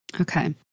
Okay